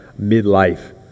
midlife